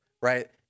right